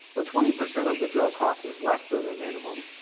but twenty percent of the drug cost is less than the minimum,